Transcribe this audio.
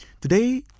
Today